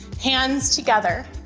hands together,